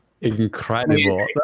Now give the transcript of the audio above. Incredible